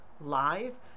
live